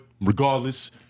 regardless